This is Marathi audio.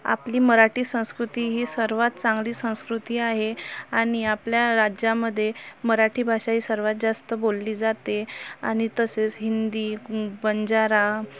आपली मराठी संस्कृती ही सर्वात चांगली संस्कृती आहे आणि आपल्या राज्यामध्ये मराठी भाषा ही सर्वात जास्त बोलली जाते आणि तसेच हिंदी बंजारा